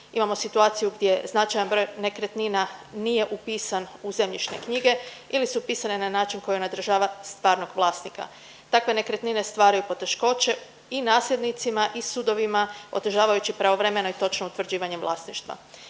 imamo situaciju gdje značajan broj nekretnina nije upisan u zemljišne knjige ili su upisane na način koji ne odražava stvarnog vlasnika. Takve nekretnine stvaraju poteškoće i nasljednicima i sudovima otežavajući pravovremeno i točno utvrđivanje vlasništva.